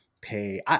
pay